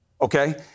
Okay